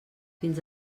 fins